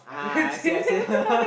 everything in China